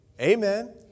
Amen